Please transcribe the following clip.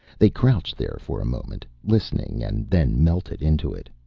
they crouched there for a moment, listening, and then melted into it.